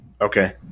Okay